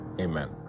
amen